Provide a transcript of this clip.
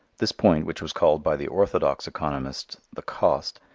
this point, which was called by the orthodox economists the cost,